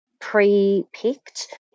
pre-picked